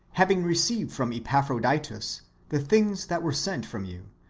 having received from epaphroditus the things that were sent from you,